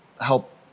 help